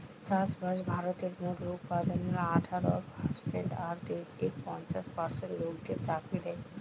চাষবাস ভারতের মোট উৎপাদনের আঠারো পারসেন্ট আর দেশের পঞ্চাশ পার্সেন্ট লোকদের চাকরি দ্যায়